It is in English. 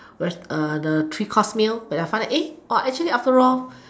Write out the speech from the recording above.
with the three course meal but I find that actually after all